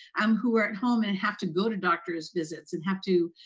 um who are at home, and have to go to doctors' visits and have to,